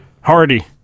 Hardy